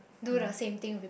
do the same thing